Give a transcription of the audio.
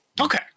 Okay